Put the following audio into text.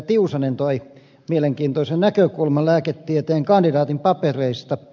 tiusanen toi mielenkiintoisen näkökulman lääketieteen kandidaatin papereista